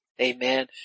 amen